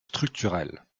structurel